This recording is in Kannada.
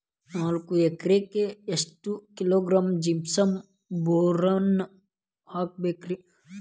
ನಾಲ್ಕು ಎಕರೆಕ್ಕ ಎಷ್ಟು ಕಿಲೋಗ್ರಾಂ ಜಿಪ್ಸಮ್ ಬೋರಾನ್ ಹಾಕಬೇಕು ರಿ?